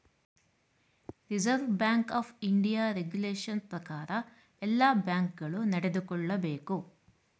reserve bank of India regulation ಪ್ರಕಾರ ಎಲ್ಲ bank ಗಳು ನಡೆದುಕೊಳ್ಳಬೇಕು